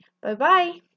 bye-bye